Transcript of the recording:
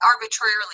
arbitrarily